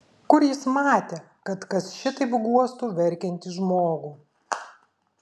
kur jis matė kad kas šitaip guostų verkiantį žmogų